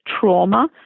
trauma